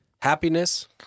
Happiness